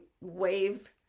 wave